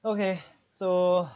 okay so